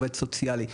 עובד סוציאלי,